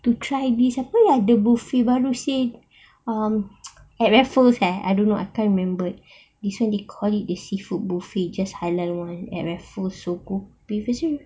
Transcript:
to try these apa ada buffet baru seh um at raffles eh I don't know I can't remember this one they called it the seafood buffet just halal one at raffles so go people say